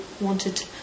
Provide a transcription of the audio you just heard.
wanted